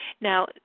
Now